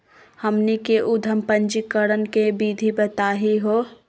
हमनी के उद्यम पंजीकरण के विधि बताही हो?